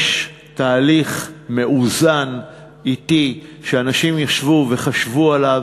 יש תהליך מאוזן, אטי, שאנשים ישבו וחשבו עליו,